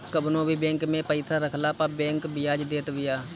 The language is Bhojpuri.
कवनो भी बैंक में पईसा रखला पअ बैंक बियाज देत बिया